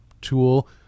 tool